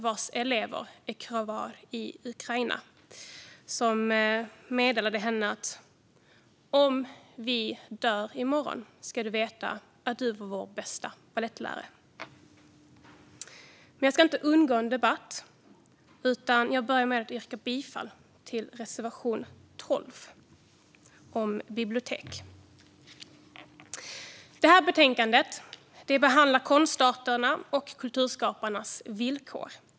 Hennes elever är kvar i Ukraina, och de meddelade henne: Om vi dör i morgon ska du veta att du var vår bästa balettlärare. Jag ska inte undvika en debatt. Jag börjar med att yrka bifall till reservation 12 om bibliotek. I detta betänkande behandlas konstarterna och kulturskaparnas villkor.